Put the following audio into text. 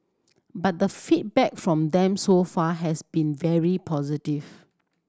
but the feedback from them so far has been very positive